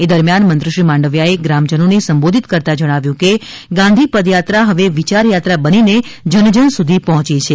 એ દરમિયાન મંત્રીશ્રી માંડવીયાએ ગ્રામજનોને સંબોધિત કરતાં જણાવ્યું હતું કે ગાંધી પદયાત્રા હવે વિયારયાત્રા બનીને જનજન સુધી પહોંચી છે